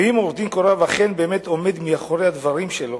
ואם עורך-הדין קורב אכן באמת עומד מאחורי הדברים שלו,